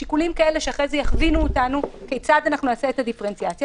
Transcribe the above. שיקולים שאחרי כן יכווינו אותנו כיצד נעשה את הדיפרנציאציה.